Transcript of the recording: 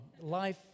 life